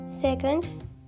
second